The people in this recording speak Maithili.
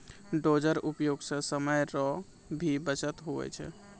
डोजर उपयोग से समय रो भी बचत हुवै छै